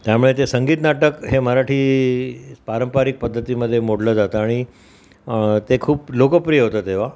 त्यामुळे ते संगीत नाटक हे मराठी पारंपरिक पद्धतीमध्ये मोडलं जातं आणि ते खूप लोकप्रिय होतं तेव्हा